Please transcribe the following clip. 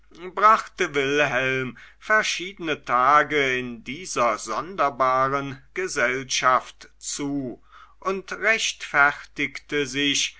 brachte wilhelm verschiedene tage in dieser sonderbaren gesellschaft zu und rechtfertigte sich